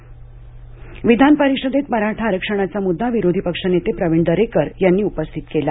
विधान परिषद विधानपरिषदेत मराठा आरक्षणाचा मुद्दा विरोधी पक्षनेते प्रवीण दरेकर यांनी उपस्थित केला